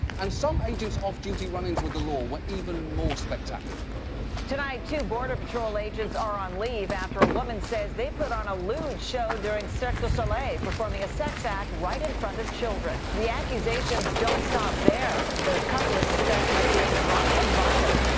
and some agents off-duty run-ins with the law were even more spectacular. barbara lee-edwards tonight, two border patrol agents are on leave after a woman says they put on a lewd show during cirque du soleil, performing a sex act right in front of children. the accusations don't stop there. the couple is suspected of being drunk and violent.